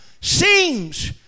seems